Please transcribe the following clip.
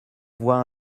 voie